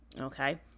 Okay